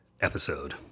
episode